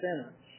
sentence